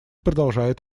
продолжает